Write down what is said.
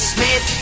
Smith